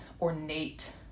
ornate